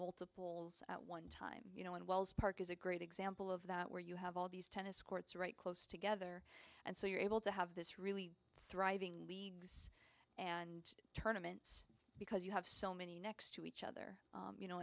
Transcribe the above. multiples at one time you know in wells park is a great example of that where you have all these tennis courts right close together and so you're able to have this really thriving league and tournaments because you have so many next to each other you know